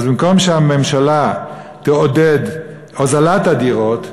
ובמקום שהממשלה תעודד הוזלת הדירות,